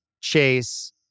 Chase